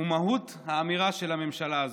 הוא מהות האמירה של הממשלה הזו,